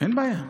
אין בעיה.